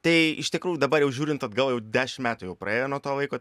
tai iš tikrųjų dabar jau žiūrint atgal jau dešim metų jau praėjo nuo to laiko